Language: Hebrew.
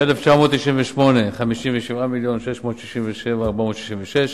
ב-1998, 57 מיליון ו-667,466 ש"ח,